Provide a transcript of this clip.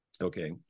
okay